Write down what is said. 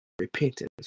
repentance